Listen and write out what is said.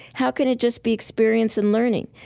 how can it just be experience and learning?